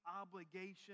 obligation